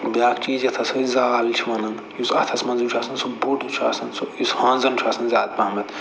بیٛاکھ چیٖز یَتھ ہسا أسۍ زال چھِ وَنان یُس اَتھس منٛز چھُ آسان یُس بوٚڈ چھُ آسان سُہ یُس ہٲنٛزن چھُ آسان زیادٕ پہمَتھ